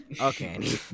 Okay